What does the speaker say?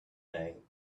night